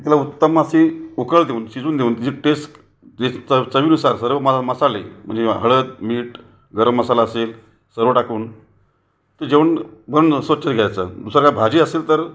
की तिला उत्तम अशी उकळ देऊन शिजून देऊन त्याची टेस्ट जे चव चवीनुसार सर्व मालमसाले म्हणजे हळद मीठ गरम मसाला असेल सर्व टाकून जेवण बनणं स्वच्छ घ्यायचा दुसरं काय भाजी असेल तर